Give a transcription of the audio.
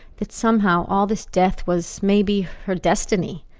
that somehow all this death was, maybe, her destiny.